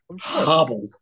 hobbled